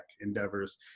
endeavors